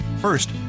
first